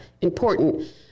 important